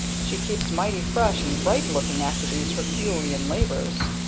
she keeps mighty fresh and bright-looking after these herculean labors.